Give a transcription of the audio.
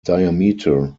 diameter